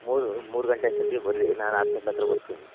ಮೂರು ಮೂರು ಗಂಟೆ ಅಷ್ಟೊತ್ತಿಗೆ ಬರ್ರಿ ನಾನು ಆಸ್ಪೆಟ್ಲ್ ಹತ್ರ ಬರ್ತೀನಿ